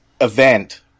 event